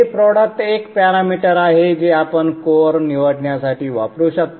हे प्रॉडक्ट एक पॅरामीटर आहे जे आपण कोअर निवडण्यासाठी वापरू शकता